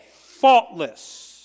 faultless